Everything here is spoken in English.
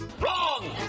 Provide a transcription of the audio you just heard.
Wrong